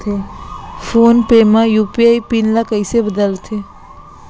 Phone पे म UPI PIN ल कइसे बदलथे?